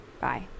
bye